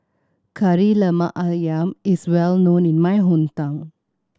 Kari Lemak Ayam is well known in my hometown